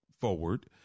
forward